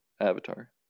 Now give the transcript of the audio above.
Avatar